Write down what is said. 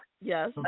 Yes